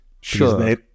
Sure